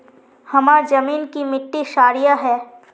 हमार जमीन की मिट्टी क्षारीय है?